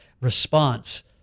response